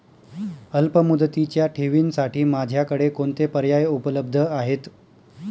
अल्पमुदतीच्या ठेवींसाठी माझ्याकडे कोणते पर्याय उपलब्ध आहेत?